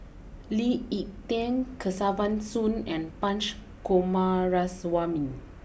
Lee Ek Tieng Kesavan Soon and Punch Coomaraswamy